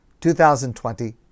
2020